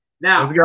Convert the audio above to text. Now